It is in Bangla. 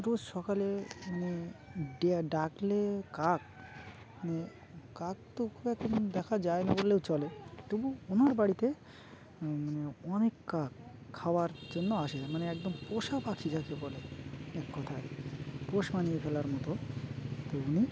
রোজ সকালে উনি ডাকলে কাক মানে কাক তোুব একদ দেখা যায় না বললেও চলে তবু ওনার বাড়িতে মানে অনেক কাক খাওয়ার জন্য আসে মানে একদম পোষা পাখি যাকে বলে এক কথায় পোষ বানিয়ে ফেলার মতো ত উনি